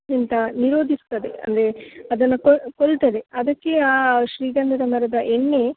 ಎಂಥ ನಿರೋಧಿಸ್ತದೆ ಅಂದರೆ ಅದನ್ನು ಕೊಲ್ತದೆ ಅದಕ್ಕೆ ಆ ಶ್ರೀಗಂಧದ ಮರದ ಎಣ್ಣೆ